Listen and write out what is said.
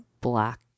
black